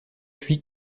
puits